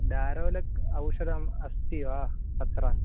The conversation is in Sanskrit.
डारोलक् औषधम् अस्ति वा अत्र